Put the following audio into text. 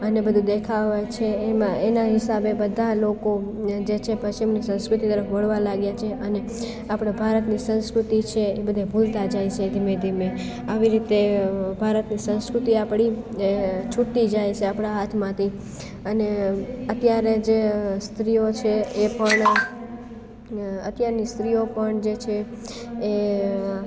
અને બધું દેખાવે છે એમાં એના હિસાબે બધા લોકો જે છે પશ્ચિમની સંસ્કૃતિ તરફ વળવા લાગ્યા છે અને આપણા ભારતની સંસ્કૃતિ છે એ બધે ભૂલતા જાય છે ધીમે ધીમે આવી રીતે ભારતની સંસ્કૃતિ આપણી એ છૂટતી જાય છે આપણા હાથમાંથી અને અત્યારે જે સ્ત્રીઓ છે એ પણ અત્યારની સ્ત્રીઓ પણ જે છે એ